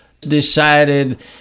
decided